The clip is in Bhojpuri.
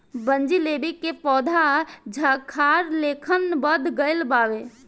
बनजीलेबी के पौधा झाखार लेखन बढ़ गइल बावे